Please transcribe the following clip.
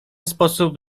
sposób